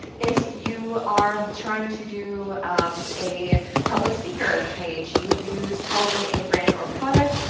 if you are trying to do a public speaker page you would use probably a brand or product,